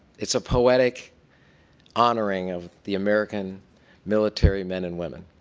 it's a poetic honoring of the american military men and women.